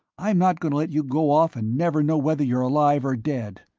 i'm not going to let you go off and never know whether you're alive or dead.